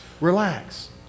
Relax